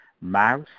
mouse